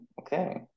Okay